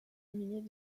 milliers